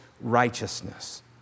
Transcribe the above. righteousness